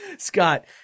Scott